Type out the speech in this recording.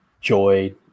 joy